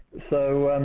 so